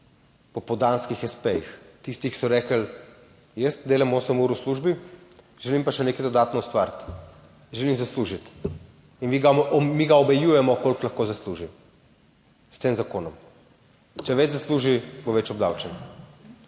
Po popoldanskih espejih tistih, ki so rekli, jaz delam 8 ur v službi, želim pa še nekaj dodatno ustvariti, želim zaslužiti in mi ga omejujemo koliko lahko zasluži s tem zakonom: če več zasluži bo več obdavčen.